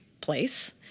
place